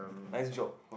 nice job